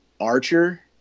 Archer